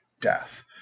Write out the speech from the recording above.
death